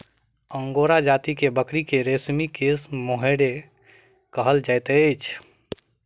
angora जाति के बकरी के रेशमी केश के मोहैर कहल जाइत अछि